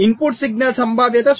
input signal సంభావ్యత 0